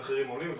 המחירים עולים.